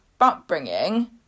upbringing